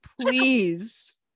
Please